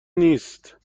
نیست